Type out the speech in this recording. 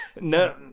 No